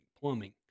plumbing